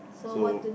so